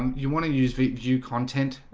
um you want to use the view content?